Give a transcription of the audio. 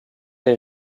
est